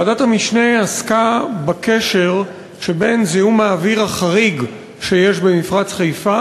ועדת המשנה עסקה בקשר שבין זיהום האוויר החריג שיש במפרץ חיפה